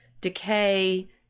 decay